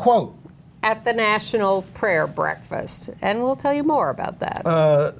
quote at the national prayer breakfast and we'll tell you more about that